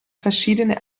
verschiedene